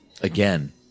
again